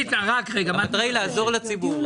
המטרה היא לעזור לציבור.